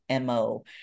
MO